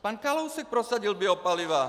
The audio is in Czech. Pan Kalousek prosadil biopaliva!